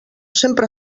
sempre